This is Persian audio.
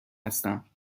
هستم